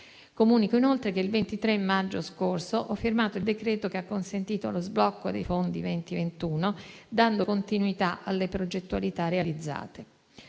Comunico inoltre che il 23 maggio scorso ho firmato il decreto che ha consentito lo sblocco dei fondi 2020-2021, dando continuità alle progettualità realizzate.